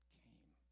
came